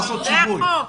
זה החוק.